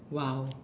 !wow!